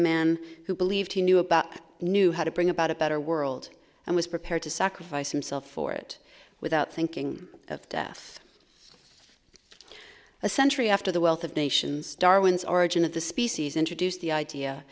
man who believed he knew about knew how to bring about a better world and was prepared to sacrifice himself for it without thinking of death a century after the wealth of nations darwin's origin of the species introduced the idea